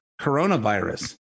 coronavirus